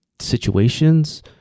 situations